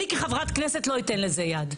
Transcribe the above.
אני כחברת כנסת לא אתן לזה יד.